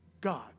God